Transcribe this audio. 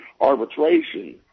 arbitration